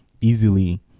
easily